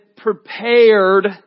prepared